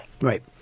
Right